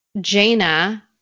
Jaina